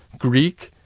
greek,